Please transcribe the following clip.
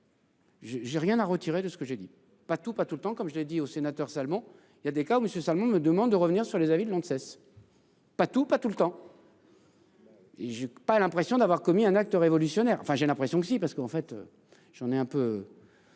J'ai j'ai rien à retirer de ce que j'ai dit pas tout, pas tout le temps comme je l'ai dit aux sénateurs. Seulement il y a des cas où monsieur seulement me demande de revenir sur les avis de Lanxess. Pas tout pas tout le temps. Et j'ai pas l'impression d'avoir commis un acte révolutionnaire. Enfin j'ai l'impression que si parce qu'en fait. J'en ai un peu.